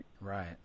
Right